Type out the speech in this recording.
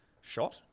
shot